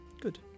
good